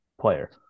player